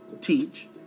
teach